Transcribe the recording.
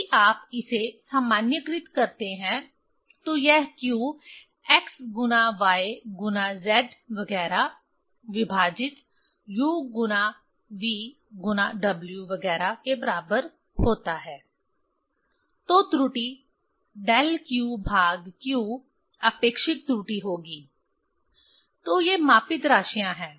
यदि आप इसे सामान्यीकृत करते हैं तो यह q x गुना y गुना z वगैरह विभाजित u गुना v गुना w वगैरह के बराबर होता है तो त्रुटि डेल q भाग q आपेक्षिक त्रुटि होगी तो ये मापित राशियां हैं